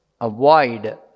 avoid